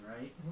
right